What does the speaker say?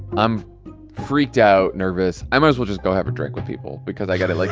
i'm freaked out, nervous. i might as well just go have a drink with people because i got to, like,